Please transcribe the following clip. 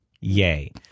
yay